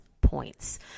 points